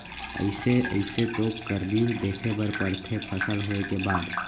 अइसे अइसे तो करनी देखे बर परथे फसल होय के बाद